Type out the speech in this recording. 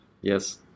Yes